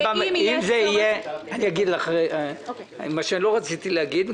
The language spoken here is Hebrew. ואם יהיה צורך --- אני אגיד לך מה שלא רציתי להגיד,